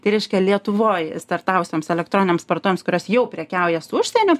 tai reiškia lietuvoj startavusioms elektroninėms partuvėms kurios jau prekiauja su užsieniu